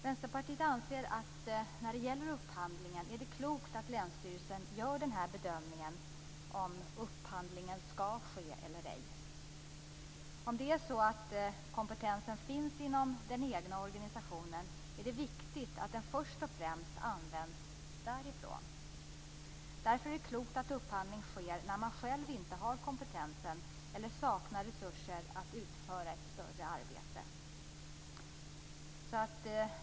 Vänsterpartiet anser att det är klokt att länsstyrelsen gör bedömningen om en upphandling skall ske eller ej. Om kompetensen finns inom den egna organisationen är det viktigt att den först och främst används därifrån. Därför är det klokt att upphandling sker när man själv inte har kompetensen eller saknar resurser att utföra ett större arbete.